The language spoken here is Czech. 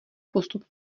postup